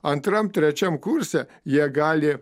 antram trečiam kurse jie gali